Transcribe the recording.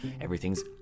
everything's